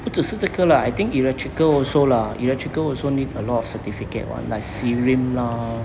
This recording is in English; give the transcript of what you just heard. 不只是这个 lah I think electrical also lah electrical also need a lot of certificate [one] like SIRIM lah